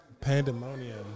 Pandemonium